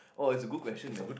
oh it's a good question man